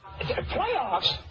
Playoffs